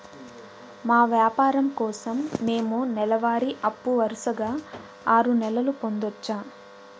మా వ్యాపారం కోసం మేము నెల వారి అప్పు వరుసగా ఆరు నెలలు పొందొచ్చా?